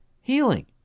Healing